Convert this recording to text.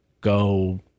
go